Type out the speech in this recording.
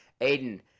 Aiden